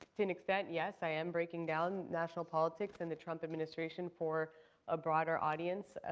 to an extent, yes, i am breaking down national politics and the trump administration for a broader audience.